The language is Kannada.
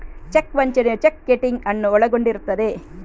ಚೆಕ್ ವಂಚನೆಯು ಚೆಕ್ ಕಿಟಿಂಗ್ ಅನ್ನು ಒಳಗೊಂಡಿರುತ್ತದೆ